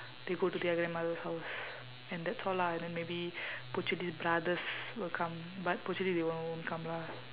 they go to their grandmother's house and that's all lah and then maybe puchili's brothers will come but puchili they all won't come lah